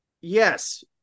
yes